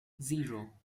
zero